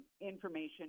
information